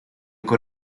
con